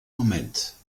moment